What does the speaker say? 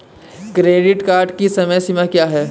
Credit card की समय सीमा क्या है?